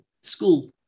school